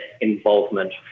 involvement